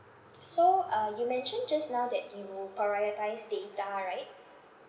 so uh you mentioned just now that you prioritise data right